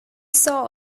saw